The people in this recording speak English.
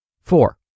Four